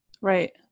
right